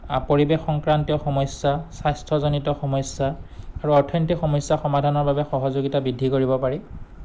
পৰিৱেশ সংক্ৰান্তিয় সমস্যা স্বাস্থ্যজনিত সমস্যা আৰু অৰ্থনৈতিক সমস্যা সমাধানৰ বাবে সহযোগিতা বৃদ্ধি কৰিব পাৰি